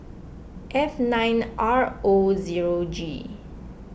F nine R O zero G